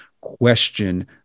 Question